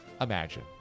imagine